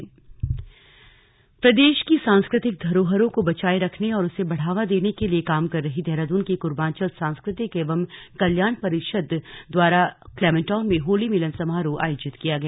slug Holi Dehradun प्रदेश की सांस्कृतिक धरोहरों को बचाए रखने और उसे बढ़ावा देने के लिए काम कर रही देहराद्रन की कूर्मांचल सांस्कृतिक एवं कल्याण परिषद द्वारा क्लमेंटाउन में होली मिलन सामारोह आयोजित किया गया